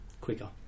quicker